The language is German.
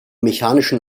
mechanischen